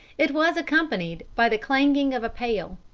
it was accompanied by the clanging of a pail.